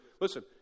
Listen